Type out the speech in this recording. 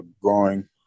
growing